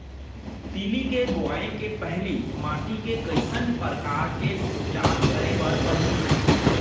तिलि के बोआई के पहिली माटी के कइसन प्रकार के उपचार करे बर परही?